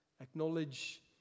Acknowledge